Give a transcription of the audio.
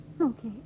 okay